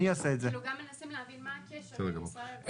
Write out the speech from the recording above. גם מנסים להבין מה הקשר בין משרד הרווחה,